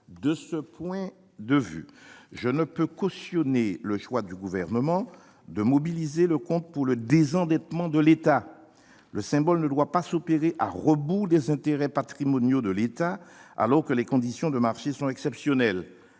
De ce point de vue, je ne peux cautionner le choix qu'a fait le Gouvernement de mobiliser ce compte pour le désendettement de l'État. Le symbole ne doit pas s'opérer à rebours des intérêts patrimoniaux de l'État, alors que les conditions de marché sont exceptionnelles.